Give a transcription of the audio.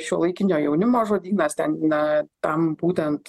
šiuolaikinio jaunimo žodynas ten na tam būtent